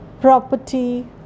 property